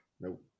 Nope